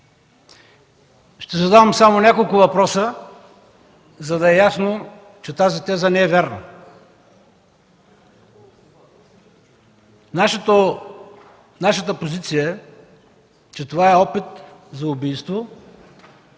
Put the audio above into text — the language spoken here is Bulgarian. Ще задам само няколко въпроса, за да е ясно, че тази теза не е вярна. Нашата позиция е, че това е опит за убийство,